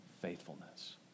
faithfulness